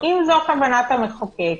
אם זו כוונת המחוקק,